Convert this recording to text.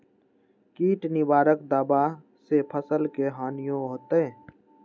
किट निवारक दावा से फसल के हानियों होतै?